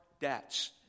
debts